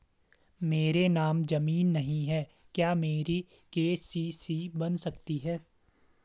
मेरे नाम ज़मीन नहीं है क्या मेरी के.सी.सी बन सकती है?